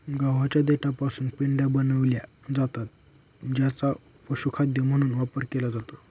गव्हाच्या देठापासून पेंढ्या बनविल्या जातात ज्यांचा पशुखाद्य म्हणून वापर केला जातो